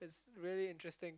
it's really interesting